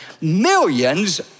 millions